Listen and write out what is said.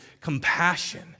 compassion